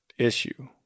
issue